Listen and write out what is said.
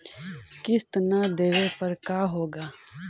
किस्त न देबे पर का होगा?